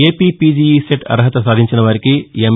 APPGE సెట్లో అర్హత సాధించిన వారికి ఎం